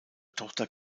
tochter